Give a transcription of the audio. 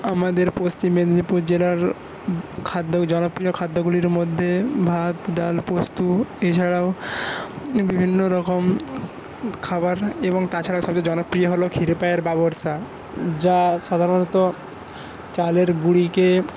আমাদের পশ্চিম মেদিনীপুর জেলার খাদ্য জনপ্রিয় খাদ্য গুলোর মধ্যে ভাত ডাল পোস্ত এছাড়াও বিভিন্ন রকম খাবার এবং তাছাড়াও সবচেয়ে জনপ্রিয় হলো ক্ষীরপাই এর বাবরসা যা সাধারনত চালের গুড়িকে